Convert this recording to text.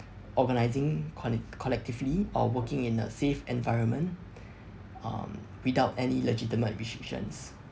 organising con~ collectively or working in a safe environment um without any legitimate restrictions